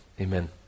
Amen